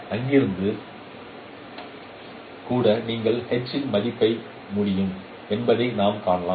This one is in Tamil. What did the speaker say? எனவே அங்கிருந்து கூட நீங்கள் H ஐ மதிப்பிட முடியும் என்பதை நாம் காணலாம்